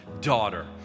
daughter